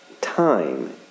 time